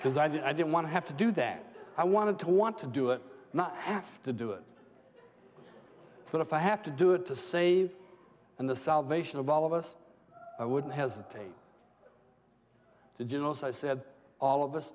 because i didn't want to have to do that i wanted to want to do it not have to do it but if i have to do it to save and the salvation of all of us i wouldn't hesitate to gentles i said all of us